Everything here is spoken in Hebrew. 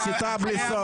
את מסיתה בלי סוף.